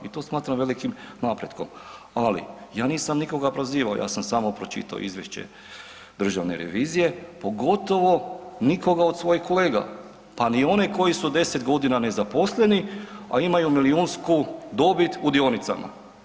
I to smatram velikim napretkom ali ja nisam nikoga prozivao, ja sam samo pročitao izvješće Državne revizije, pogotovo nikoga od svojih kolega pa ni one koji su 10 g. nezaposleni a imaju milijunski dobit u dionicama.